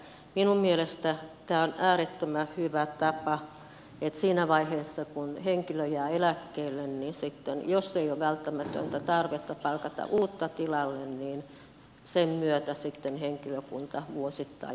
minun mielestäni tämä on äärettömän hyvä tapa että siinä vaiheessa kun henkilö jää eläkkeelle niin sitten jos ei ole välttämätöntä tarvetta palkata uutta tilalle niin sen myötä sitten henkilökunta vuosittain vähenee